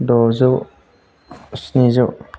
द'जौ स्निजौ